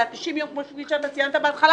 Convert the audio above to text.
זה 90 יום כמו שאתה ציינת בהתחלה.